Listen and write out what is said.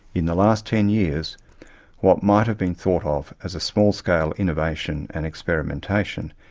in the last ten years what might have been thought of as a small-scale innovation and experimentation,